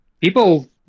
people